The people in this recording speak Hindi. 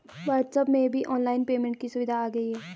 व्हाट्सएप में भी ऑनलाइन पेमेंट की सुविधा आ गई है